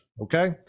okay